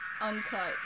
Uncut